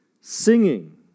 singing